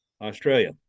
australia